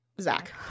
Zach